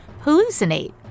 hallucinate